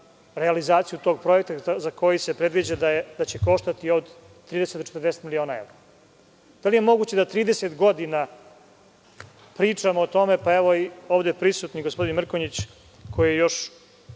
realizaciju tog projekta za koji se predviđa da će koštati od 30 do 40 miliona evra? Da li je moguće da 30 godina pričamo o tome, pa evo i ovde prisutni gospodin Mrkonjić, koji je još